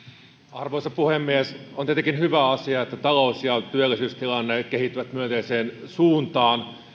arvoisa puhemies on tietenkin hyvä asia että talous ja työllisyystilanne kehittyvät myönteiseen suuntaan